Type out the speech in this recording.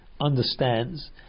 understands